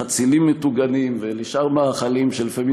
לחצילים מטוגנים ולשאר מאכלים שלפעמים